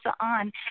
on